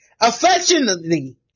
Affectionately